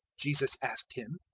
jesus asked him.